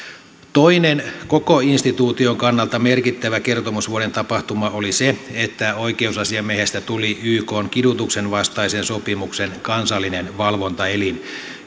toinen koko instituution kannalta merkittävä kertomusvuoden tapahtuma oli se että oikeusasiamiehestä tuli ykn kidutuksen vastaisen sopimuksen kansallinen valvontaelin